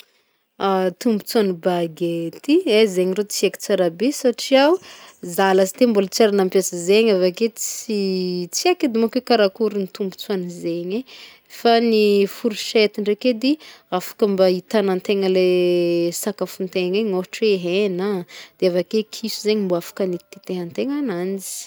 Tombotsoan'ny bagety, eh zegny rô tsy haiko tsara be, satria ho zaho lasiteo mbola tsy ary nampiasa zegny, avake tsy tsy aiko edy mônko karakôry tombontsoan'zegny, fa ny fourchety ndraiky edy afaka mba hitagnantegna le sakafontegna igny ôhatra hoe hena, de avake kiso zegny mbô afaka hagnetintentehantegna agnanjy.